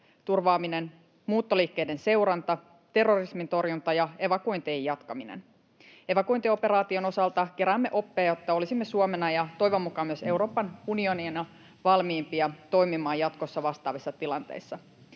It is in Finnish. turvaaminen, muuttoliikkeiden seuranta, terrorismin torjunta ja evakuointien jatkaminen. Evakuointioperaation osalta keräämme oppeja, jotta olisimme Suomena ja toivon mukaan myös Euroopan unionina valmiimpia toimimaan jatkossa vastaavissa tilanteissa.